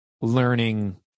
learning